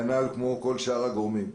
כנ"ל כמו כל שאר הגורמים,